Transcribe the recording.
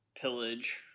pillage